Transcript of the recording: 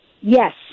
Yes